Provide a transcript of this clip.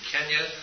Kenya